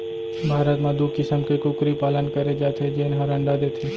भारत म दू किसम के कुकरी पालन करे जाथे जेन हर अंडा देथे